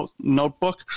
notebook